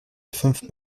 fünf